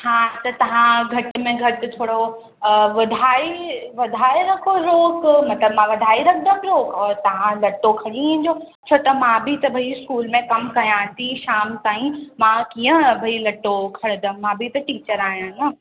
हा त तव्हां घटि में घटि थोरो वधाए वधाए रखो रोक मतिलबु मां वधाए रखंदमि रोक और तव्हां लटो खणी अचिजो छो त मां बि त भई स्कूल में कम कयां थी शाम ताईं मां कीअं भई लटो खणंदमि मां बि त टीचर आहियां न